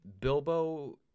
bilbo